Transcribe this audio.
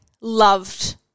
loved